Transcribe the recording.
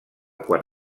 quan